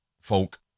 folk